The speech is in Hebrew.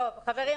בסדר.